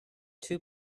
two